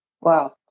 wow